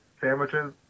sandwiches